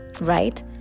right